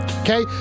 Okay